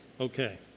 Okay